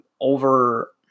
over